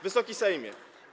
Wysoki Sejmie!